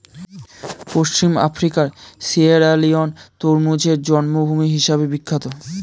পশ্চিম আফ্রিকার সিয়েরালিওন তরমুজের জন্মভূমি হিসেবে বিখ্যাত